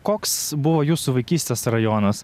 koks buvo jūsų vaikystės rajonas